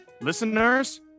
listeners